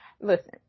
listen